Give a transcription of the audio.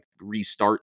restart